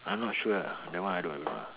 I'm not sure ah that one I don't know lah